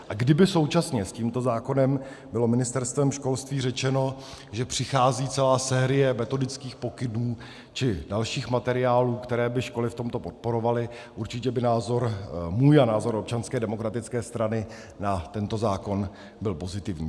A kdyby současně s tímto zákonem bylo Ministerstvem školství řečeno, že přichází celá série metodických pokynů, čili dalších materiálů, které by školy v tomto podporovaly, určitě by názor můj a názor Občanské demokratické strany na tento zákon byl pozitivní.